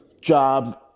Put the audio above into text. job